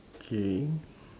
K